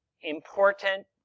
important